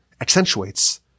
accentuates